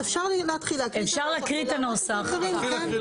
אז אפשר להתחיל להקריא את הנוסח?